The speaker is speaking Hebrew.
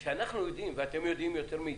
אנחנו יודעים, ואתם יודעים יותר מאתנו,